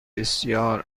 بسیار